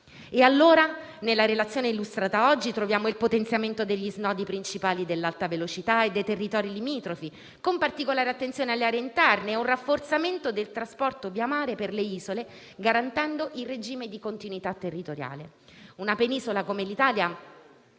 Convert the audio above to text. compatta. Nella relazione illustrata oggi troviamo il potenziamento degli snodi principali dell'alta velocità e dei territori limitrofi, con particolare attenzione alle aree interne, e il rafforzamento del trasporto via mare per le isole, garantendo il regime di continuità territoriale. Una penisola come l'Italia,